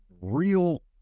real